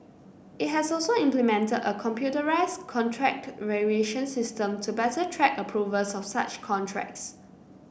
it has also implemented a computerised contract variation system to better track approvals of such contracts